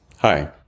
Hi